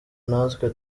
natwe